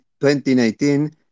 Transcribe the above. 2019